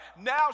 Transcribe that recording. now